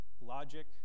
logic